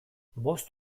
bost